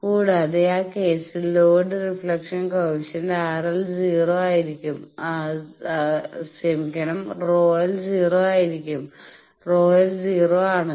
കൂടാതെ ആ കേസിൽ ലോഡ് റിഫ്ളക്ഷൻ കോയെഫിഷ്യന്റ് ΓL 0 ആയിരിക്കും ΓS 0 ആണ്